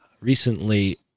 recently